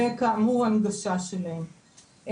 וכאמור הנגשה שלהם.